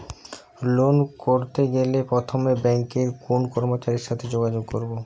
Loan করতে গেলে প্রথমে ব্যাঙ্কের কোন কর্মচারীর সাথে যোগাযোগ করব?